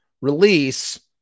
release